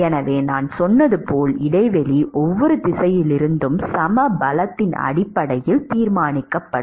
எனவே நான் சொன்னது போல் இடைவெளி ஒவ்வொரு திசையிலிருந்தும் சம பலத்தின் அடிப்படையில் தீர்மானிக்கப்படும்